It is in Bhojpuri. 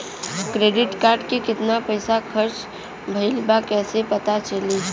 क्रेडिट कार्ड के कितना पइसा खर्चा भईल बा कैसे पता चली?